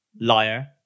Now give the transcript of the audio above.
Liar